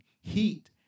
heat